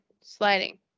sliding